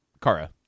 Kara